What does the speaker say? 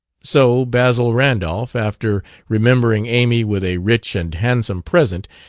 so basil randolph, after remembering amy with a rich and handsome present,